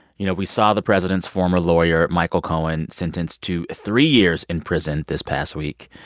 you know, we saw the president's former lawyer michael cohen sentenced to three years in prison this past week.